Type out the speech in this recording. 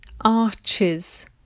arches